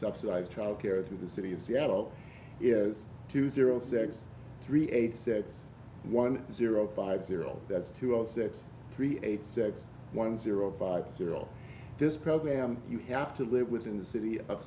subsidized child care through the city of seattle is two zero six three eight sets one zero five zero that's two zero six three eight six one zero five zero this program you have to live within the city of